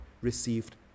received